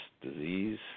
disease